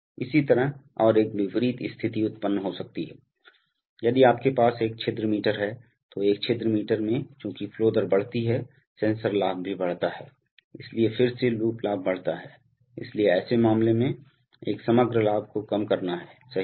इसी तरह और एक विपरीत स्थिति उत्पन्न हो सकती है यदि आपके पास एक छिद्र मीटर है तो एक छिद्र मीटर में चूंकि फ्लो दर बढ़ती है सेंसर लाभ भी बढ़ता है इसलिए फिर से लूप लाभ बढ़ता है इसलिए ऐसे मामले में एक समग्र लाभ को कम करना है सही है